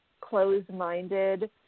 closed-minded